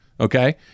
okay